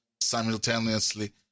simultaneously